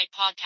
Podcast